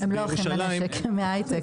הם לא מ"אחים לנשק", הם מההייטק.